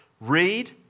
read